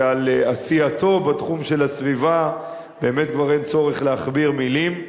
שעל עשייתו בתחום של הסביבה באמת כבר אין צורך להכביר מלים,